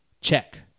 Check